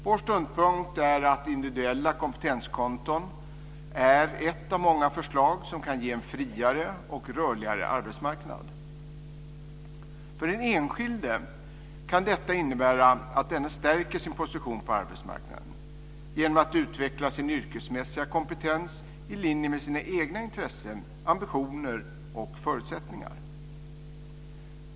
Vår ståndpunkt är att individuella kompetenskonton är ett av många förslag som kan ge en friare och rörligare arbetsmarknad. För den enskilde kan detta innebära att denne stärker sin position på arbetsmarknaden genom att utveckla sin yrkesmässiga kompetens i linje med sina egna intressen, ambitioner och förutsättningar.